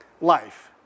life